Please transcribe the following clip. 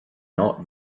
not